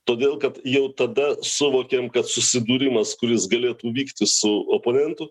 todėl kad jau tada suvokėm kad susidūrimas kuris galėtų vykti su oponentu